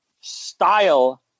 style